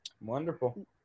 Wonderful